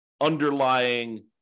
underlying